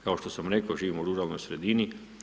Kao što sam rekao živim u ruralnoj sredini.